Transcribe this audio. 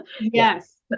Yes